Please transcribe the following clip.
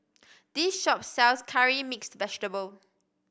this shop sells Curry Mixed Vegetable